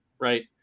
Right